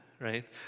right